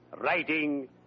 writing